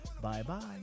Bye-bye